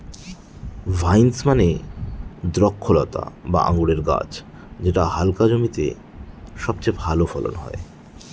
vines মানে দ্রক্ষলতা বা আঙুরের গাছ যেটা হালকা জমিতে সবচেয়ে ভালো ফলন হয়